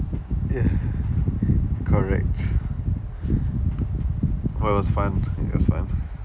ya correct well it was fun that's fun